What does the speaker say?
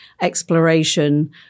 exploration